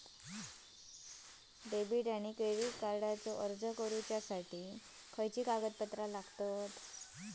Debit आणि credit कार्डचो अर्ज करुच्यासाठी काय कागदपत्र लागतत?